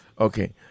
Okay